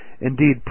Indeed